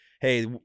hey